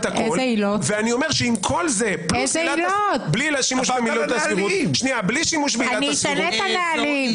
כל זה בלי שימוש בעילת הסבירות --- אני אשנה את הנהלים.